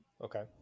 Okay